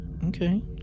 Okay